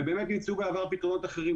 ובאמת נמצאו לדבר פתרונות אחרים,